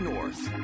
North